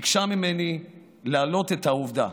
ביקשה ממני להעלות את העובדה